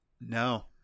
No